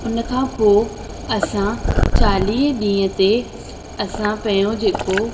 उन खां पोइ असां चालीहे ॾींहुं ते असां पेयों जेको